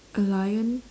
a lion